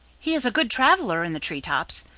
he is a good traveler in the tree-tops,